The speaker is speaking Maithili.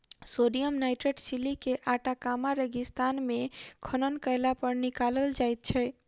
सोडियम नाइट्रेट चिली के आटाकामा रेगिस्तान मे खनन कयलापर निकालल जाइत छै